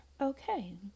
Okay